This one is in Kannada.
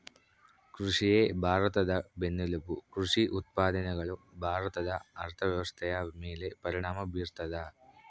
ಕೃಷಿಯೇ ಭಾರತದ ಬೆನ್ನೆಲುಬು ಕೃಷಿ ಉತ್ಪಾದನೆಗಳು ಭಾರತದ ಅರ್ಥವ್ಯವಸ್ಥೆಯ ಮೇಲೆ ಪರಿಣಾಮ ಬೀರ್ತದ